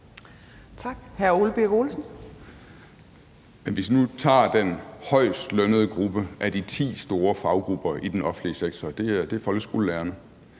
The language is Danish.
Hvis nu den højest lønnede gruppe af de ti store faggrupper i den offentlige sektor – det er folkeskolelærerne